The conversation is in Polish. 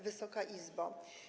Wysoka Izbo!